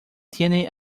tienen